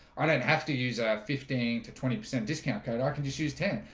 i don't have to use a fifteen to twenty percent discount code i can just use ten.